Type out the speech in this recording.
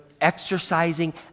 exercising